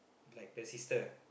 like her sister